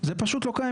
זה פשוט לא קיים.